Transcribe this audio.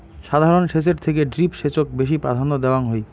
সাধারণ সেচের থেকে ড্রিপ সেচক বেশি প্রাধান্য দেওয়াং হই